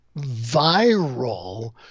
viral